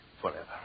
Forever